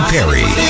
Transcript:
Perry